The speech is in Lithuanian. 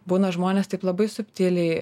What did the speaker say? būna žmonės taip labai subtiliai